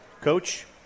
Coach